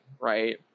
right